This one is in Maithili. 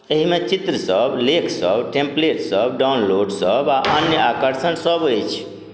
एहिमे चित्र सब लेखसभ टेम्पलेटसभ डाउनलोडसभ आओर अन्य आकर्षण सभ अछि